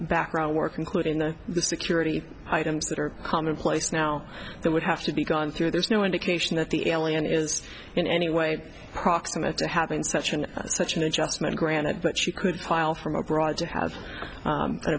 background work including the security items that are commonplace now that would have to be gone through there's no indication that the alien is in any way proximate to having such and such an adjustment granted but she could file from abroad to have